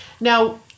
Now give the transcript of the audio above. Now